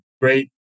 great